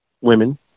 women